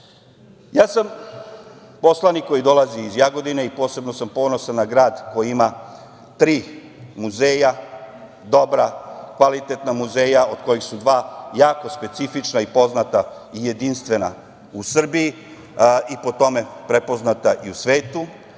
sam poslanik koji dolazi iz Jagodine i posebno sam ponosan na grad koji ima tri muzeja dobra, kvalitetna muzeja, od kojih su dva jako specifična i poznata i jedinstvena u Srbiji i po tome prepoznata i u svetu.